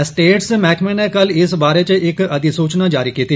state मैहकमे नै कल इस बारे च इक अधिसूचना जारी कीती